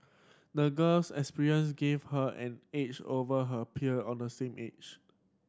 the girl's experience gave her an edge over her peer on the same age